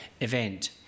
event